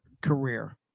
career